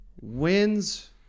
wins